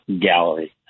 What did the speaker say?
gallery